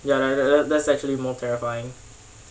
yeah that's that's actually more terrifying